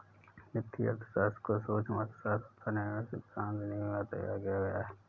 वित्तीय अर्थशास्त्र को सूक्ष्म अर्थशास्त्र तथा निर्णय सिद्धांत की नींव पर तैयार किया गया है